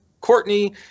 Courtney